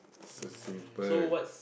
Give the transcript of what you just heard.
so simple